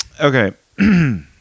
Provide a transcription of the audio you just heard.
Okay